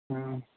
ਹੂੰ